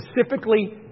specifically